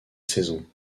saison